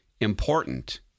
important